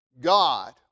God